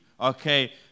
okay